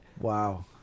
Wow